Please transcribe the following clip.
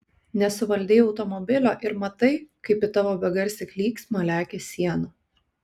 nesuvaldei automobilio ir matai kaip į tavo begarsį klyksmą lekia siena